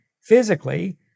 physically